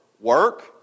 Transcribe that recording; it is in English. work